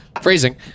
Phrasing